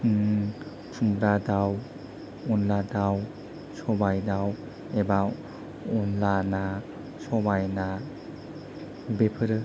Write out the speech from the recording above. खुमब्रा दाउ अनद्ला दाउ सबाइ दाउ एबा अनद्ला ना सबाइ ना बेफोरो